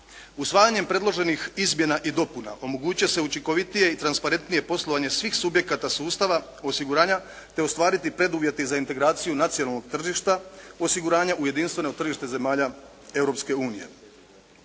Usvajanjem predloženih izmjena i dopuna omogućuje se učinkovitije i transparentnije poslovanje svih subjekata sustava osiguranja te ostvariti preduvjeti za integraciju nacionalnog tržišta osiguranja u jedinstveno tržište zemalja